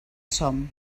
som